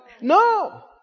No